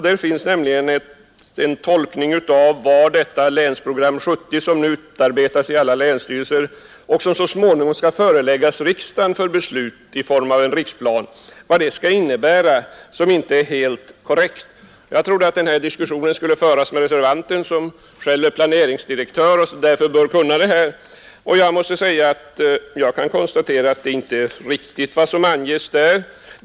Där finns en tolkning av vad Länsprogram 70, som nu utarbetas av alla länsstyrelser och så småningom skall föreläggas riksdagen för beslut i form av en riksplan, skall innebära som inte är helt korrekt. Jag trodde att diskussionen skulle föras med reservanten, som själv är planeringsdirektör och därför bör kunna det här. Vad som anges i reservationen är inte riktigt.